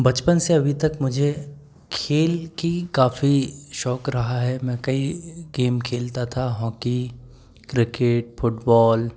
बचपन से अभी तक मुझे खेल का काफ़ी शौक़ रहा है मैं कई गेम खेलता था हॉकी क्रिकेट फुटबॉल